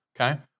Okay